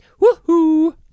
Woohoo